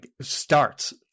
starts